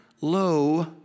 Lo